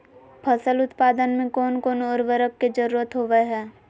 फसल उत्पादन में कोन कोन उर्वरक के जरुरत होवय हैय?